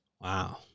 Wow